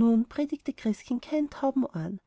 nun predigte christkind keinen tauben ohren